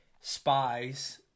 spies